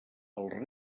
els